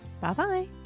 Bye-bye